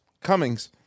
Cummings